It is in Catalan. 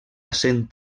cent